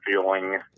feeling